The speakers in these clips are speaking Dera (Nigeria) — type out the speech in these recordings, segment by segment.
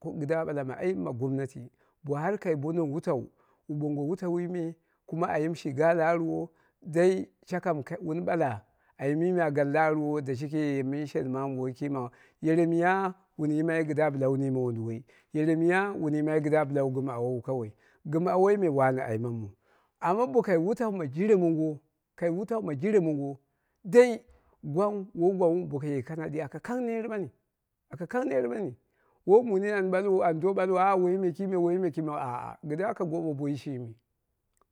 Ko kɨdda ɓala ma ayim ma gomnati bo har kai bune wutau, wu ɓoongo wutauwi me kuma ayim shi ga la arwo dai shakam wun ɓala ayimi me a gani la arwo dai shakam wun ɓala ayimi me a gani la arwo dashike mɨni shenmamu woi ki ma, yere miya wun yimai kɨdda bɨla wu mime wonduwoi, yere miya wun yimmai kɨdda bɨlawu gɨm awowu kawai, gɨm awoime wani aimamuu amma bokai wutau ma dire mongo ka wutai ma jire mongo dai gwang woi gwangnghu boko ye kanadi aka kang ner mani, aka kang nemani woi mu nini an ɗalwo an do ɓalwo ah woiyi kime, woiyi me kimeu ah kɨdda ka gowe boiyi shimi,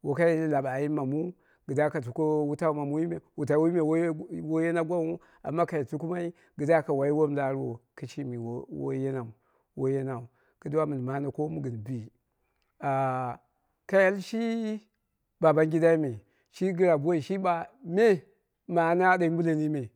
wokai laɗa ayim ma muu kɨdda ka tuke wutau ma mu, wutauwi me woi yana gwangnghu kai tukɨmai kɨdda ka tulle wutan ma mu, wutauwi me woi yana gwangnghu kai tukɨmai kɨdda ka woi wom la arwo kishimi woi yenau, woi yenau kɨdda mun mane koomu gɨn bi kai al shi babangidai me, shi gɨra boi ɓagha me ma ana aɗe yumbuleni me.